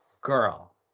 girl